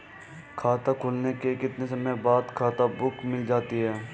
खाता खुलने के कितने समय बाद खाता बुक मिल जाती है?